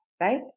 right